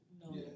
No